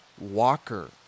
Walker